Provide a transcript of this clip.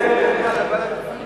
אתה פעם צלצלת אלי?